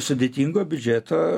sudėtingo biudžeto